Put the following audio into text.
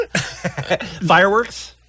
Fireworks